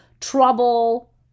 trouble